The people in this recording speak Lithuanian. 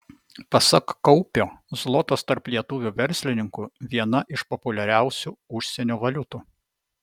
pasak kaupio zlotas tarp lietuvių verslininkų viena iš populiariausių užsienio valiutų